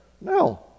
No